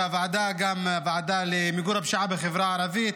וגם הוועדה למיגור הפשיעה בחברה הערבית,